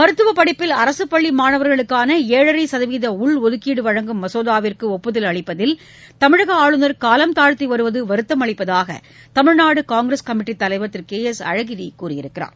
மருத்துவ படிப்பில் அரசுப் பள்ளி மாணவர்களுக்கான ஏழரை சதவீத உள் ஒதுக்கீடு வழங்கும் மசோதாவிற்கு ஒப்புதல் அளிப்பதில் தமிழக ஆளுநர் ஊலம் தாழ்த்தி வருவது வருத்தம் அளிப்பதாக தமிழ்நாடு காங்கிரஸ் கமிட்டி தலைவர் திரு கே எஸ் அழகிரி கூறியுள்ளார்